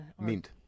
Mint